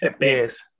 Yes